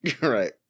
Right